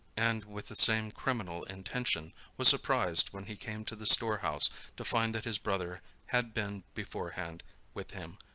and with the same criminal intention, was surprised when he came to the store house to find that his brother had been beforehand with him.